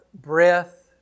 breath